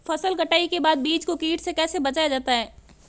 फसल कटाई के बाद बीज को कीट से कैसे बचाया जाता है?